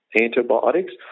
antibiotics